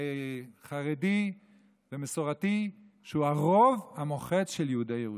חרדי ומסורתי שהוא הרוב המוחץ של יהודי ירושלים.